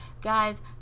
Guys